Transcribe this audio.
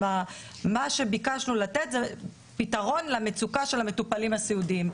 מה שביקשנו לתת זה פתרון למצוקה של המטופלים הסיעודיים,